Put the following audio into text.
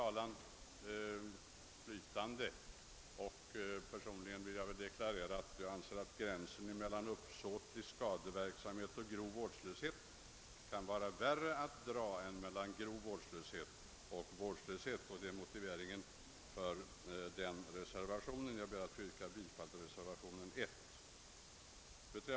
Personligen anser jag att gränsen mellan uppsåtligt skadevållande och grov vårdslöshet kan vara svårare att dra än gränsen mellan grov vårdslöshet och vanlig vårdslöshet. Detta är också den motivering som anförs i reservationen. Jag ber att få yrka bifall till reservationen 1.